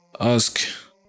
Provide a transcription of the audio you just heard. Ask